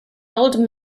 old